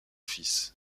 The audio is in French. fils